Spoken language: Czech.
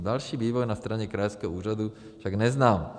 Další vývoj na straně krajského úřadu však neznám.